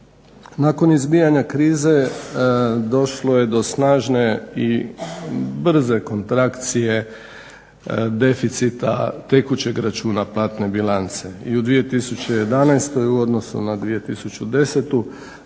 Nakon izbijanja krize došlo je do snažne i brze kontrakcije deficita tekućeg računa platne bilance. I u 2011. u odnosu na 2010.